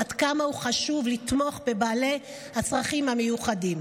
עד כמה חשוב לתמוך בבעלי הצרכים המיוחדים.